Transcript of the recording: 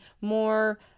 more